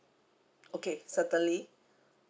okay certainly